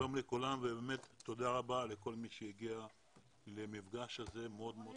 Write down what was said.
שלום לכולם ותודה רבה לכל מי שהגיע למפגש הזה שהוא מאוד מאוד